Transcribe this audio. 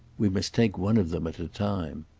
we must take one of them at a time.